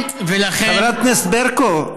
חברת הכנסת ברקו,